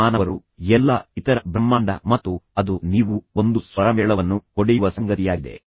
ಇತರ ಮಾನವರು ಎಲ್ಲಾ ಇತರ ಬ್ರಹ್ಮಾಂಡ ಮತ್ತು ಅದು ನೀವು ಒಂದು ಸ್ವರಮೇಳವನ್ನು ಹೊಡೆಯುವ ಸಂಗತಿಯಾಗಿದೆ